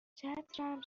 چترم